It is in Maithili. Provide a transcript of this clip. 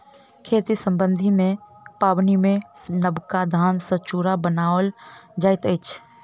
खेती सम्बन्धी पाबनिमे नबका धान सॅ चूड़ा बनाओल जाइत अछि